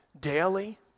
daily